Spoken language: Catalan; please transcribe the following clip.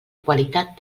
qualitat